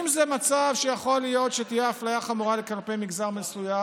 אם זה במצב שיכול להיות שתהיה אפליה חמורה כלפי מגזר מסוים